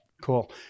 Cool